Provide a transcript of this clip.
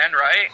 right